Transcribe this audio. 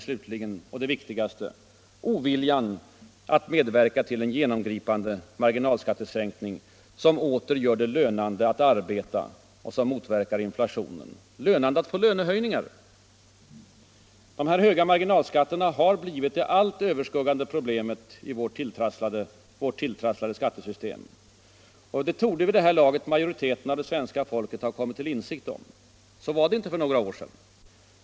Slutligen — och viktigast — regeringens ovilja att medverka till en genomgripande marginalskattesänkning som åter gör det lönande att arbeta, lönande att få lönehöjningar och som motverkar inflationen. De höga marginalskatterna har blivit det allt överskuggande problemet inom vårt tilltrasslade skattesystem. Detta torde vid det här laget majoriteten av svenska folket ha kommit till insikt om. Så var det inte för några år sedan.